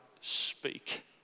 speak